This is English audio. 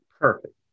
perfect